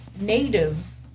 native